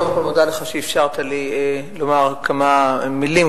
אני מודה לך על שאפשרת לי לומר כמה מלים.